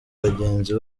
bagenzi